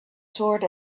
sword